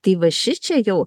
tai va šičia jau